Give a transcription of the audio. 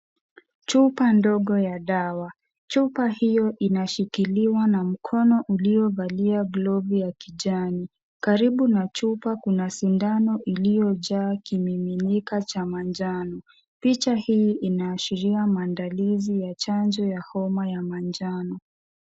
Chupa ndogo ya dawa, chupa hiyo inashikiliwa na mkono uliovalia glovu ya kijani, karibu na chupa kuna sindano iliyojaa kimiminika cha manjano, picha hii inaashiria maandalizi ya chanjo ya homa ya manjano.